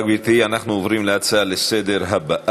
נעבור להצעות לסדר-היום בנושא: